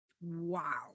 Wow